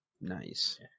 Nice